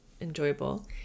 enjoyable